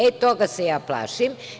E, toga se ja plašim.